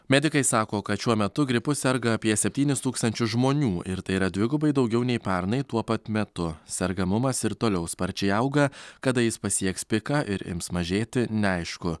medikai sako kad šiuo metu gripu serga apie septynis tūkstančius žmonių ir tai yra dvigubai daugiau nei pernai tuo pat metu sergamumas ir toliau sparčiai auga kada jis pasieks piką ir ims mažėti neaišku